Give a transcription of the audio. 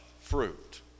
fruit